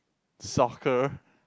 soccer